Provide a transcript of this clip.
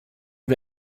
wir